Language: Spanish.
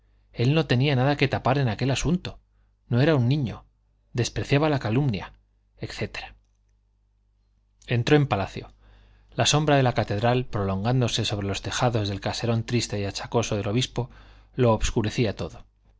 él no tenía nada que tapar en aquel asunto no era un niño despreciaba la calumnia etc entró en palacio la sombra de la catedral prolongándose sobre los tejados del caserón triste y achacoso del obispo lo obscurecía todo